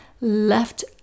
left